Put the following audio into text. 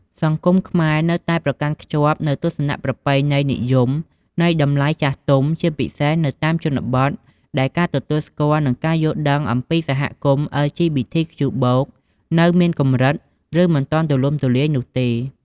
សង្គមខ្មែរនៅតែប្រកាន់ខ្ជាប់នូវទស្សនៈប្រពៃណីនិយមនៃតម្លៃចាស់ទុំ ជាពិសេសនៅតាមជនបទ ដែលការទទួលស្គាល់និងការយល់ដឹងអំពីសហគមន៍ អិល ជី ប៊ី ធី ខ្ជូ បូក (LGBTQ+) នៅមានកម្រិតឬមិនទាន់ទូលំទូលាយនោះទេ។